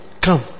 come